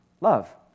love